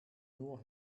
nur